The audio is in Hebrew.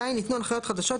(ז) ניתנו הנחיות חדשות,